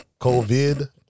COVID